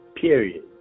period